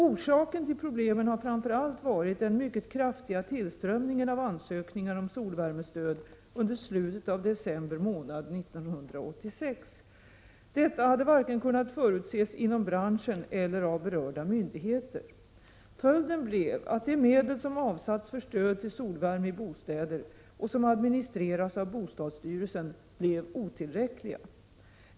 Orsaken till problemen har framför allt varit den mycket kraftiga tillströmningen av ansökningar om solvärmestöd under slutet av december månad 1986. Detta hade varken kunnat förutses inom branschen eller av berörda myndigheter. Följden blev att de medel som avsatts för stöd till solvärme i bostäder och som administreras av bostadsstyrelsen blev otillräckliga.